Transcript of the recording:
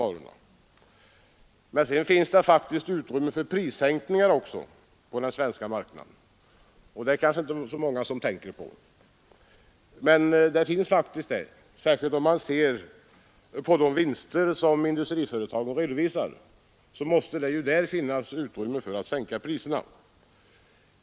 Det finns faktiskt utrymme för prissänkningar på den svenska marknaden, fastän många kanske inte tänker på det. Om man ser på de vinster som industriföretagen redovisar måste det där finnas utrymme för att sänka priserna.